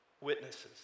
witnesses